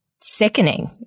sickening